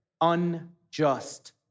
unjust